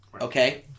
Okay